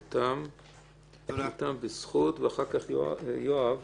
יותם מ"בזכות" ואחר כך יואב